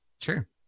sure